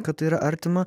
kad tai yra artima